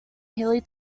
hilly